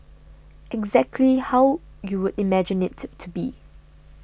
exactly how you would imagine it to be